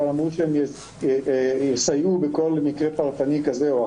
אבל הם אמרו שהם יסייעו בכל מקרה פרטני כזה או אחר.